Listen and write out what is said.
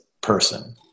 person